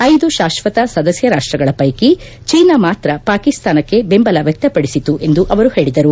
ಐದು ಶಾಶ್ತತ ಸದಸ್ಯ ರಾಷ್ಸಗಳ ಪೈಕಿ ಚೀನಾ ಮಾತ್ರ ಪಾಕಿಸ್ತಾನಕ್ಕೆ ಬೆಂಬಲ ವ್ಯಕ್ತಪಡಿಸಿತು ಎಂದು ಅವರು ಹೇಳಿದರು